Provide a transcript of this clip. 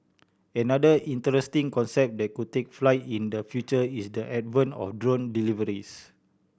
another interesting concept that could take flight in the future is the advent of drone deliveries